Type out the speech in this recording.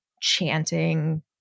chanting